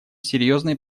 серьезной